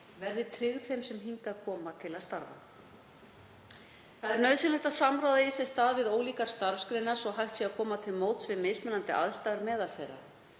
verði tryggð þeim sem hingað koma til að starfa. Nauðsynlegt er að samráð eigi sér stað við ólíkar starfsgreinar svo að hægt sé að koma til móts við mismunandi aðstæður meðal þeirra.